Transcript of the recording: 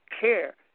care